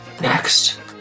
Next